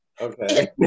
Okay